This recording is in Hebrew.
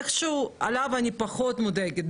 איכשהו בקשר אליו אני פחות מודאגת,